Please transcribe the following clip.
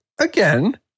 again